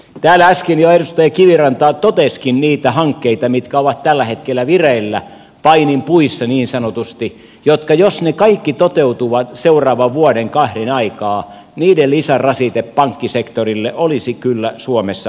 täällä äsken jo edustaja kiviranta totesikin niitä hankkeita jotka ovat tällä hetkellä vireillä paininpuissa niin sanotusti ja joiden jos ne kaikki toteutuvat seuraavan vuoden kahden aikaan lisärasite pankkisektorille olisi kyllä suomessa aika suuri